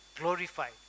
glorified